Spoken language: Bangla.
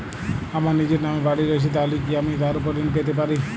আমার নিজের নামে বাড়ী রয়েছে তাহলে কি আমি তার ওপর ঋণ পেতে পারি?